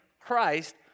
Christ